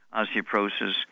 osteoporosis